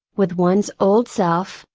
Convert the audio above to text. with one's old self,